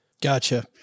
Gotcha